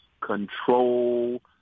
control